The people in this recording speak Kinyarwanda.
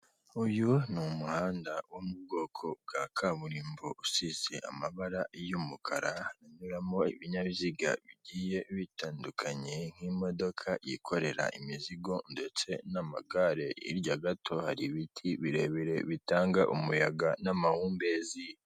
Uyu ni umuhanda wo mu bwoko bwa kaburimbo usize amabara y'umukara hanyuramo ibinyabiziga bigiye bitandukanye nk'imodoka yikorera imizigo ndetse n'amagare, hirya gato hari ibiti birebire bitanga umuyaga n'amahumbezi.